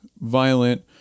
violent